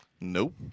Nope